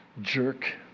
jerk